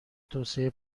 توسعه